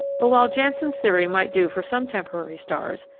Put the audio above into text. but while janssen's theory might do for some temporary stars,